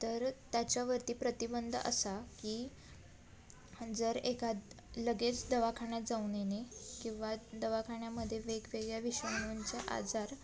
तर त्याच्यावरती प्रतिबंध असा की जर एकाद लगेच दवाखान्यात जाऊन येणे किंवा दवाखान्यामध्ये वेगवेगळ्या विषयांचा आजार